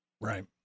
Right